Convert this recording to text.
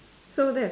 so that is